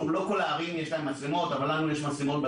לא לכל הערים יש מצלמות אבל לנו יש מצלמות.